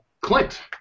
Clint